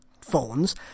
phones